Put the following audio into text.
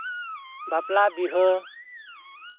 ᱵᱟᱯᱞᱟᱼᱵᱤᱦᱟᱹ